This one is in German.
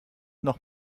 noch